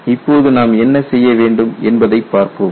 இப்போது நாம் என்ன செய்ய வேண்டும் என்பதை பார்ப்போம்